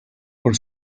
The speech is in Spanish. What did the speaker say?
por